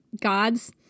gods